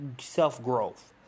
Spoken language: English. self-growth